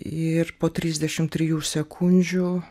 ir po trisdešim trijų sekundžių